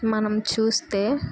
మనం చూస్తే